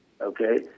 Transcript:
Okay